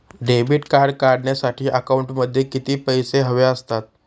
Debit card काढण्यासाठी अकाउंटमध्ये किती पैसे हवे असतात?